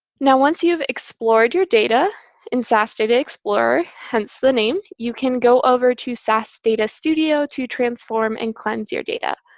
now, once you've explored your data in sas data explorer hence, the name you can go over to sas data studio to transform and cleanse your data.